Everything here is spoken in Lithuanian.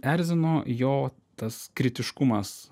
erzino jo tas kritiškumas